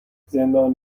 زندان